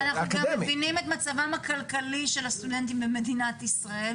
אנחנו גם מבינים את מצבם הכלכלי של הסטודנטים במדינת ישראל,